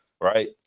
right